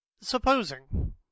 Supposing